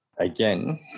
Again